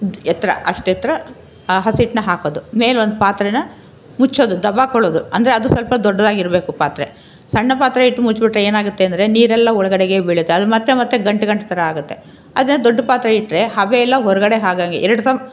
ಎತ್ತರ ಅಷ್ಟೆತ್ತರ ಆ ಹಸಿ ಹಿಟ್ಟನ್ನ ಹಾಕೋದು ಮೇಲೊಂದು ಪಾತ್ರೆನ ಮುಚ್ಚೋದು ದಬ್ಬಾಕೊಳ್ಳೋದು ಅಂದರೆ ಅದು ಸ್ವಲ್ಪ ದೊಡ್ಡದಾಗಿರಬೇಕು ಪಾತ್ರೆ ಸಣ್ಣ ಪಾತ್ರೆ ಇಟ್ಟು ಮುಚ್ಬಿಟ್ಟರೆ ಏನಾಗುತ್ತೆ ಅಂದರೆ ನೀರೆಲ್ಲ ಒಳಗಡೆಗೆ ಬೀಳುತ್ತೆ ಅದು ಮತ್ತೆ ಮತ್ತೆ ಗಂಟು ಗಂಟು ಥರ ಆಗುತ್ತೆ ಆದ್ದರಿಂದ ದೊಡ್ಡ ಪಾತ್ರೆ ಇಟ್ಟರೆ ಹಬೆಯೆಲ್ಲ ಹೊರಗಡೆ ಹಾಗಾಗಿ ಎರ್ಡು